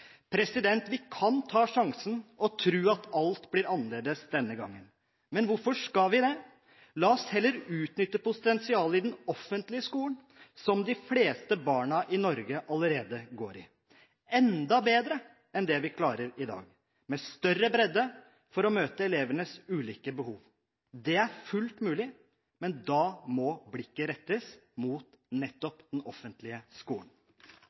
Vi kan ta sjansen og tro at alt blir annerledes denne gangen. Men hvorfor skal vi det? La oss heller utnytte potensialet i den offentlige skolen – som de fleste barna i Norge allerede går på – enda bedre enn det vi klarer i dag, med større bredde for å møte elevenes ulike behov. Det er fullt mulig. Men da må blikket rettes mot nettopp den offentlige skolen.